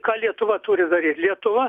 ką lietuva turi daryt lietuva